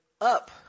up